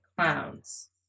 clowns